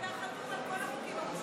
אתה חתום על כל החוקים המושחתים.